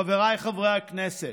חבריי חברי הכנסת,